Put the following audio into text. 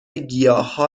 گیاها